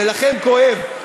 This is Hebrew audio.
ולכם כואב.